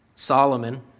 Solomon